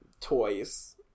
toys